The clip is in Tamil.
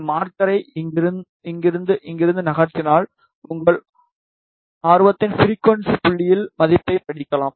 இந்த மார்க்கரை இங்கிருந்து இங்கிருந்து நகர்த்தினால் உங்கள் ஆர்வத்தின் ஃபிரிகுவன்ஸி புள்ளியில் மதிப்பைப் படிக்கலாம்